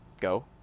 go